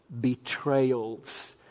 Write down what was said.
betrayals